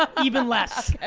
ah even less.